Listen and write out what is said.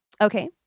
Okay